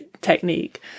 technique